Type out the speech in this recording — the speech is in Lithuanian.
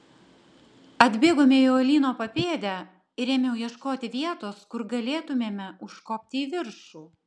atbėgome į uolyno papėdę ir ėmiau ieškoti vietos kur galėtumėme užkopti į viršų